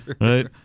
right